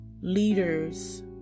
Leaders